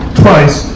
Twice